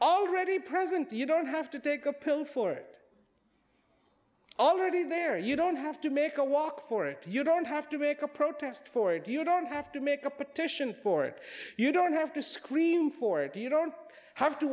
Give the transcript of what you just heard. already present you don't have to take a pill for it already there you don't have to make a walk for it you don't have to make a protest for it you don't have to make a petition for it you don't have to scream for it you don't have to